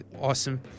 Awesome